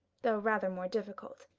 though rather more difficult.